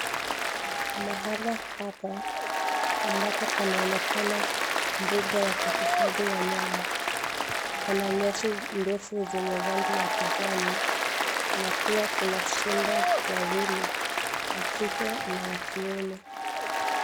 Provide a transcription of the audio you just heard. Mahala hapa, ambapo panaonekana mbunga ya kuhifadhi wanyama, pana nyasi ndevu zenye rangi ya kijani, na pia kuna simba wawili, wa kike, na wa kiume.